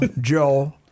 Joe